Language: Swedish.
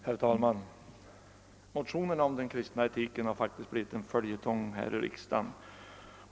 Herr talman! Motionerna om den kristna etiken har faktiskt blivit en följetong här i riksdagen.